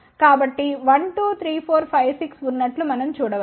కాబట్టి 1 2 3 4 5 6 ఉన్నట్లు మనం చూడవచ్చు